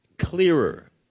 clearer